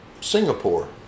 Singapore